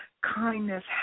kindness